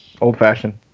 old-fashioned